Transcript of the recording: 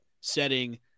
setting